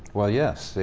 well, yes,